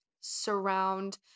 surround